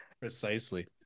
Precisely